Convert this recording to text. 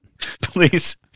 Please